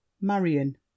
Marion